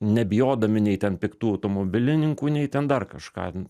nebijodami nei ten piktų automobilininkų nei ten dar kažką